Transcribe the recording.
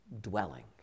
dwelling